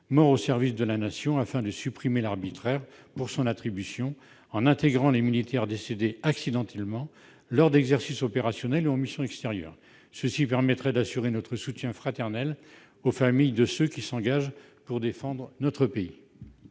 pour le service de la Nation » afin de supprimer l'arbitraire et d'intégrer les militaires décédés accidentellement lors d'exercices opérationnels ou en missions intérieures. Cela permettrait d'assurer notre soutien fraternel aux familles de ceux qui s'engagent pour défendre notre pays.